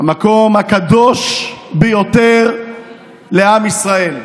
המקום הקדוש ביותר לעם ישראל,